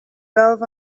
love